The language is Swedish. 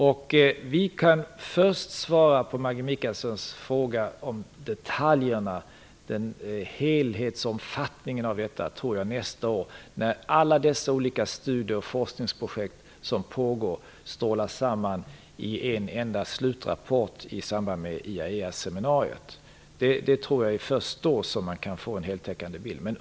Vi kan först svara på Maggi Mikaelssons fråga om detaljerna och om omfattningen av konsekvenserna nästa år när alla olika studier och forskningsprojekt som pågår strålar samman i en enda slutrapport i samband med IAEA-seminariet. Det är först då man kan få en heltäckande bild.